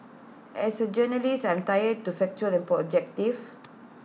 as A journalist I'm trained to factual and objective